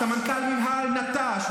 סמנכ"ל מינהל נטש,